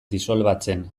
disolbatzen